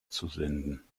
zusenden